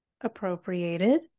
appropriated